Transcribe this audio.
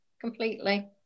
completely